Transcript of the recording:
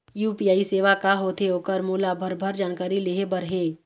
UPI सेवा का होथे ओकर मोला भरभर जानकारी लेहे बर हे?